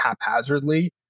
haphazardly